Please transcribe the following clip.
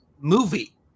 movie